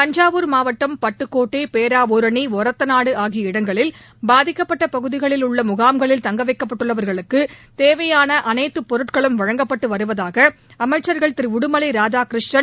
தஞ்சாவூர் மாவட்டம் பட்டுக்கோட்டை பேராவூரணி ஒரத்தநாடு ஆகிய இடங்களில் பாதிக்கப்பட்ட பகுதிகளில் உள்ள முகாம்களில் தங்க வைக்கப்பட்டுள்ளவர்களுக்கு தேவையான அனைத்து பொருட்களும் வழங்கப்பட்டு வருவதாக அமைச்சர்கள் திரு உடுமலை ராதாகிருஷ்ணன்